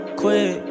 quit